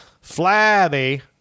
Flabby